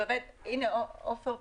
לגבי עניין של סטודנטים קודם